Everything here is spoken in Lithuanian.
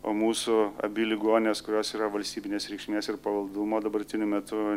o mūsų abi ligoninės kurios yra valstybinės reikšmės ir pavaldumo dabartiniu metu